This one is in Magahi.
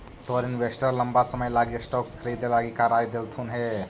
तोर इन्वेस्टर लंबा समय लागी स्टॉक्स खरीदे लागी का राय देलथुन हे?